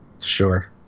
Sure